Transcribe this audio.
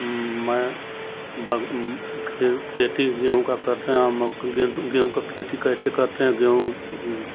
मैं बग खे खेती गेहूँ का करते है हा मक गेहूँ का खेती को कैसे करते हैं गेहूँ